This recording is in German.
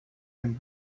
dem